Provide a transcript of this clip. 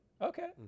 Okay